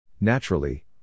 Naturally